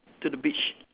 to the beach